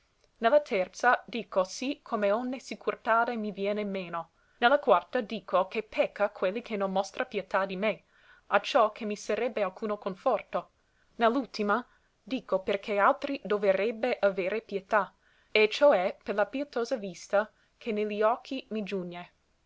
terza dico sì come onne sicurtade mi viene meno ne la quarta dico che pecca quelli che non mostra pietà di me acciò che mi sarebbe alcuno conforto ne l'ultima dico perché altri doverebbe avere pietà e ciò è per la pietosa vista che ne li occhi mi giugne